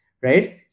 right